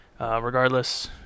regardless